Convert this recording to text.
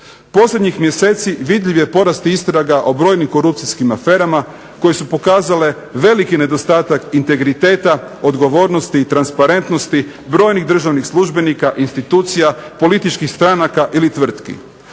Posljednjih mjeseci vidljiv je porast i istraga o brojnim korupcijskim aferama, koje su pokazale veliki nedostatak integriteta, odgovornosti i transparentnosti brojnih državnih službenika, institucija, političkih stranaka ili tvrtki.